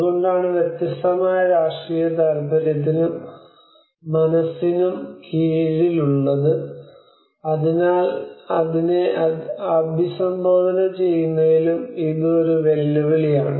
അതുകൊണ്ടാണ് വ്യത്യസ്തമായ രാഷ്ട്രീയ താൽപ്പര്യത്തിനും മനസ്സിനും കീഴിലുള്ളത് അതിനാൽ അതിനെ അഭിസംബോധന ചെയ്യുന്നതിലും ഇത് ഒരു വെല്ലുവിളിയാണ്